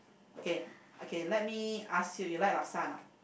okay okay let me ask you you like laksa or not